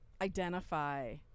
identify